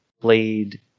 played